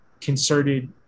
concerted